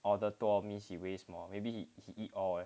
order 多 means he waste more maybe he he he all leh